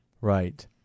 Right